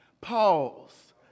Pause